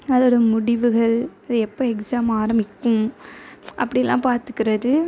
அதோடய முடிவுகள் அது எப்போ எக்ஸாம் ஆரமிக்கும் அப்படிலாம் பார்த்துக்கறது